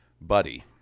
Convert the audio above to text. buddy